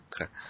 Okay